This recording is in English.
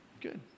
good